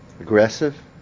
aggressive